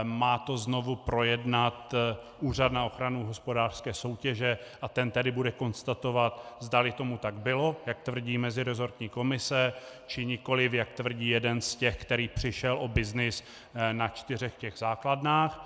Má to znovu projednat Úřad pro ochranu hospodářské soutěže a ten bude konstatovat, zdali tomu bylo tak, jak tvrdí meziresortní komise, či nikoliv, jak tvrdí jeden z těch, který přišel o byznys na čtyřech těch základnách.